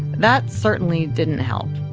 that certainly didn't help.